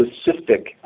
specific